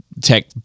tech